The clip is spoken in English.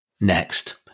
Next